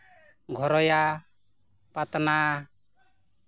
ᱜᱚᱭᱨᱟ ᱯᱟᱛᱱᱟ